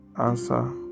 answer